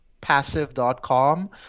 Passive.com